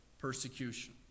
persecution